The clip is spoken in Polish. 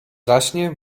zaśnie